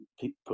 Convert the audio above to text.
people